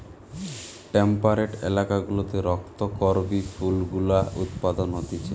temperate এলাকা গুলাতে রক্ত করবি ফুল গুলা উৎপাদন হতিছে